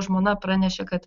žmona pranešė kad